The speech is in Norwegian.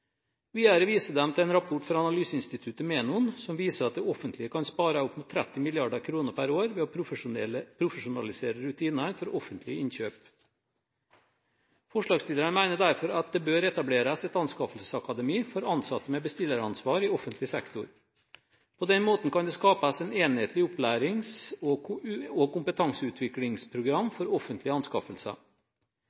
Videre viser de til en rapport fra analyseinstituttet Menon som viser at det offentlige kan spare opp mot 30 mrd. kr per år ved å profesjonalisere rutinene for offentlige innkjøp. Forslagsstillerne mener derfor at det bør etableres et «anskaffelsesakademi» for ansatte med bestilleransvar i offentlig sektor. På den måten kan det skapes et enhetlig opplærings- og kompetanseutviklingsprogram for offentlige anskaffelser. Både komiteen og